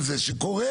שקורה,